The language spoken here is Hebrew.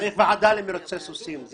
צריך ועדה למרוצי סוסים.